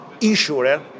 insurer